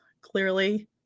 clearly